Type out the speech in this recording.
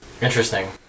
Interesting